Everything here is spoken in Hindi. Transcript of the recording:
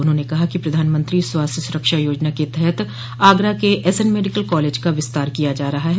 उन्होंने कहा कि प्रधानमंत्री स्वास्थ्य सुरक्षा योजना के तहत आगरा के एस एन मेडिकल कॉलेज का विस्तार किया जा रहा है